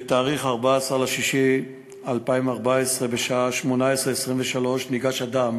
1. ב-14 ביוני 2014, בשעה 18:23, ניגש אדם